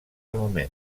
moment